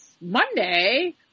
Monday